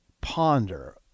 ponder